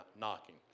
knocking